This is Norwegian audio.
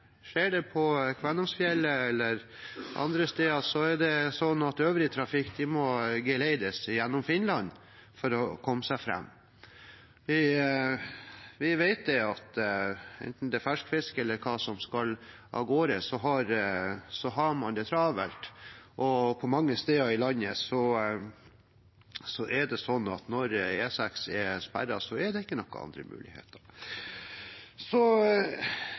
på Kvænangsfjellet eller andre steder, må øvrig trafikk geleides gjennom Finland for å komme fram. Vi vet at enten det er fersk fisk eller hva det er som skal av gårde, har man det travelt, og på mange steder i landet er det slik at når E6 er sperret, er det ikke noen andre muligheter.